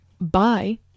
bye